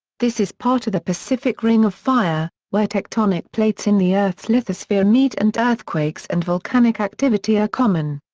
this is part of the pacific ring of fire, where tectonic plates in the earth's lithosphere meet and earthquakes and volcanic activity are common.